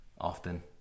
often